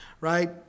Right